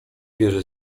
wierzy